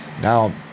now